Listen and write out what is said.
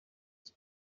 iki